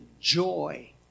joy